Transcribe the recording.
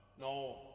No